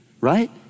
right